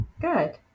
good